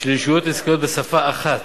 של ישויות עסקיות בשפה אחת.